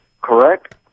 correct